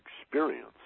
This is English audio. experience